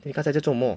你刚才在做么